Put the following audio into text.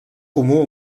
comú